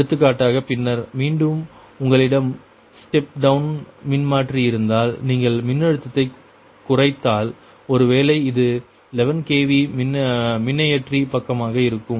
எடுத்துக்காட்டாக பின்னர் மீண்டும் உங்களிடம் ஸ்டெப் டவுன் மின்மாற்றி இருந்தால் நீங்கள் மின்னழுத்தத்தை குறைத்தால் ஒருவேளை இது 11 kV மின்னியற்றி பக்கமாக இருக்கும்